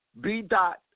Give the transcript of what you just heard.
B-Dot